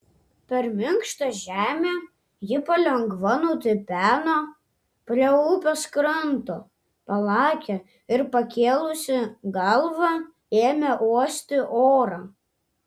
per minkštą žemę ji palengva nutipeno prie upės kranto palakė ir pakėlusi galvą ėmė uosti orą